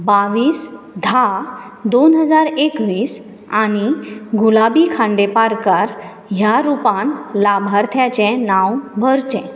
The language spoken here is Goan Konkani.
बावीस धा दोन हजार एकवीस आनी गुलाबी खांडेपारकार ह्या रुपान लाभार्थ्याचें नांव भरचें